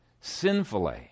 sinfully